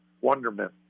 wonderment